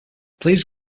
please